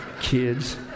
Kids